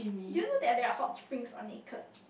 do you know that there are hot springs are naked